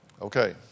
Okay